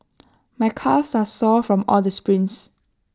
my calves are sore from all the sprints